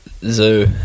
Zoo